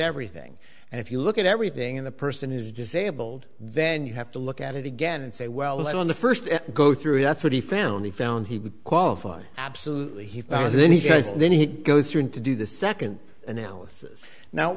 everything and if you look at everything in the person who's disabled then you have to look at it again and say well why don't the first go through that's what he found he found he would qualify absolutely he was then he was then he goes through and to do the second analysis now